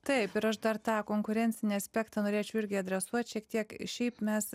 taip ir aš dar tą konkurencinį aspektą norėčiau irgi adresuot šiek tiek šiaip mes